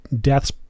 deaths